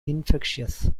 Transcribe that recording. infectious